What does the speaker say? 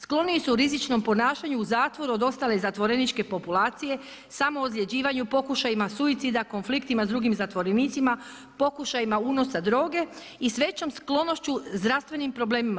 Skloniji su rizičnom ponašanju u zatvoru od ostale zatvoreničke populacije, samo ozljeđivanju, pokušajima suicida, konfliktima s drugim zatvorenicima, pokušajima unosa droge i s većom sklonošću zdravstvenim problemima.